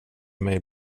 mig